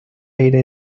aire